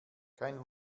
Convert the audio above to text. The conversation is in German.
kein